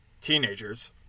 teenagers